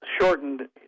shortened